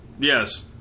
Yes